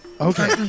Okay